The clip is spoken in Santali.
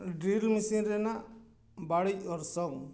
ᱰᱨᱤᱞ ᱢᱮᱥᱤᱱ ᱨᱮᱱᱟᱜ ᱵᱟᱹᱲᱤᱡ ᱚᱲᱥᱚᱝ